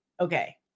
okay